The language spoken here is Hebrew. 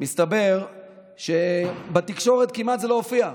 מסתבר שבתקשורת זה כמעט לא הופיע.